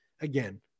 again